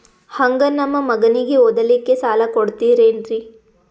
ಹಂಗ ನಮ್ಮ ಮಗನಿಗೆ ಓದಲಿಕ್ಕೆ ಸಾಲ ಕೊಡ್ತಿರೇನ್ರಿ?